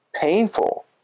painful